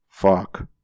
fuck